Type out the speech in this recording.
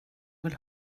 vill